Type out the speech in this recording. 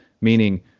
Meaning